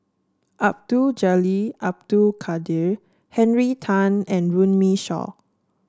Abdul Jalil Abdul Kadir Henry Tan and Runme Shaw